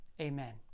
Amen